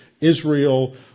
Israel